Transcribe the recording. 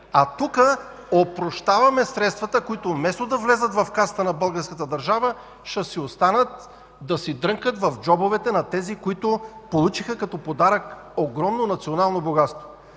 А тук опрощаваме средствата, които вместо да влязат в касата на българската държава, ще останат да си дрънкат в джобовете на тези, които получиха като подарък огромно национално богатство.